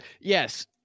Yes